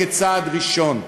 כצעד ראשון.